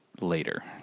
later